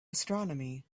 astronomy